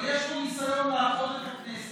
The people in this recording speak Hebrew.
אבל יש פה ניסיון להטעות את הכנסת.